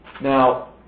Now